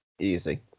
Easy